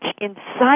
inside